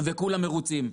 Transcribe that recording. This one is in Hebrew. וכולם מרוצים.